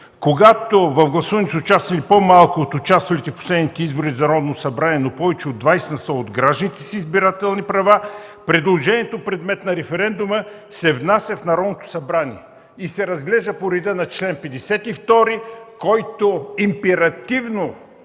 „Когато в гласуването са участвали по-малко от участвалите в последните избори за Народно събрание, но повече от 20 на сто от гражданите с избирателни права, предложението, предмет на референдума, се внася в Народното събрание и се разглежда по реда на чл. 52”, който императивно